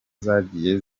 zagiye